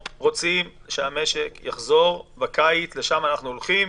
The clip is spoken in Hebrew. רוצים שהמשק יחזור בקיץ, לשם אנחנו הולכים